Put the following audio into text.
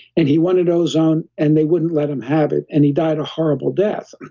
and he wanted ozone, and they wouldn't let him have it and he died a horrible death.